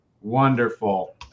Wonderful